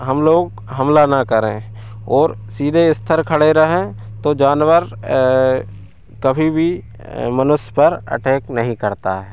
हम लोग हमला ना करें ओर सीधे स्थिर खड़े रहें तो जानवर कभी भी मनुष्य पर अटैक नहीं करता है